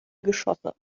geschosse